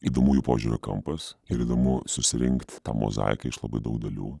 įdomu jų požiūrio kampas ir įdomu susirinkt tą mozaiką iš labai daug dalių